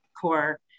core